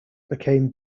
became